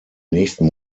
nächsten